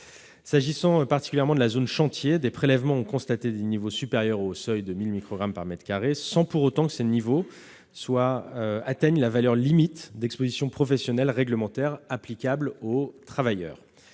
S'agissant particulièrement de la zone de chantier, des prélèvements ont constaté des niveaux supérieurs au seuil de 1 000 microgrammes par mètre carré, sans pour autant que ces niveaux atteignent la valeur limite d'exposition professionnelle réglementaire applicable aux travailleurs.